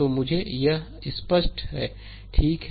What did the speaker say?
तो मुझे यह स्पष्ट है ठीक है